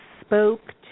spoke